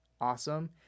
awesome